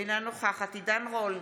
אינה נוכחת עידן רול,